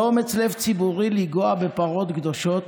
באומץ לב ציבורי לגעת בפרות קדושות.